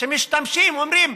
ומשתמשים ואומרים: